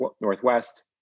Northwest